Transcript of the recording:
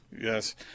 Yes